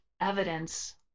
evidence